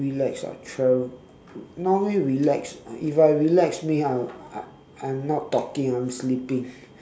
relax ah travel normally relax if I relax means I'm I'm I'm not talking I'm sleeping